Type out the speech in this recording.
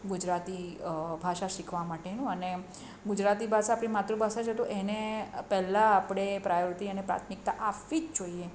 ગુજરાતી ભાષા શીખવા માટેનું અને ગુજરાતી ભાષા આપણી માતૃભાષા છે તો એને પહેલાં આપણે પ્રાયોરિટી અને પ્રાથમિકતા આપવી જ જોઈએ